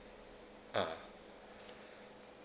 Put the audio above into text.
ah